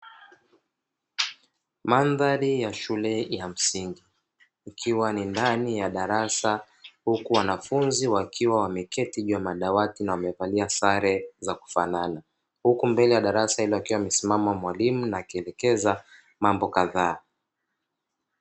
Mandhari ya shule ya msingi ukiwa ni ndani ya darasa huku wanafunzi wakiwa wameketi juu ya madawati na wamevalia sare za kufanana, huku mbele ya darasa hilo akiwa amesimama mwalimu na akielekeza mambo kadhaa.